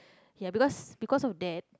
ya because because of that